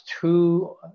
two